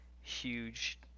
huge